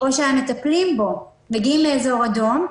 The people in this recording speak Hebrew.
או שהמטפלים בו מגיעים מ"אזור אדום",